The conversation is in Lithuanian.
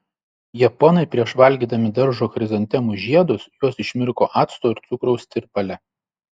japonai prieš valgydami daržo chrizantemų žiedus juos išmirko acto ir cukraus tirpale